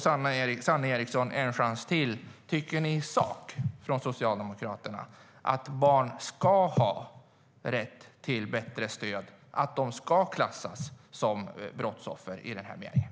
Sanne Eriksson får en chans till: Tycker ni i sak från Socialdemokraterna att barn ska ha rätt till bättre stöd och att de ska klassas som brottsoffer i den här meningen?